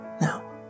Now